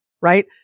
right